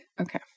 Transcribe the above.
Okay